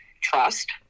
trust